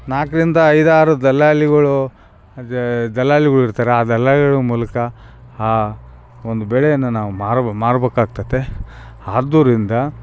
ನಾಲ್ಕರಿಂದ ಐದಾರು ದಲ್ಲಾಳಿಗಳು ಅದು ದಲ್ಲಾಳಿಗಳ್ ಇರ್ತಾರೆ ಆ ದಲ್ಲಾಳಿಗಳ್ ಮೂಲಕ ಆ ಒಂದು ಬೆಳೆಯನ್ನು ನಾವು ಮಾರ್ಬ ಮಾರ್ಬೇಕಾಗ್ತತೆ ಆದ್ದರಿಂದ